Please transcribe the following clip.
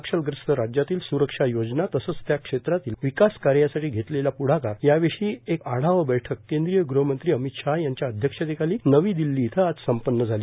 नक्षलग्रस्त राज्यातील स्रक्षा योजना तसंच त्या क्षेत्रातील विकास कार्यासाठी घेतलेला प्ढाकार याविषयी एक आढावा बैठक केंद्रीय गृहमंत्री अमित शहा यांच्या अध्यक्षतेखाली नवी दिल्ली इथं आज संपन्न झाली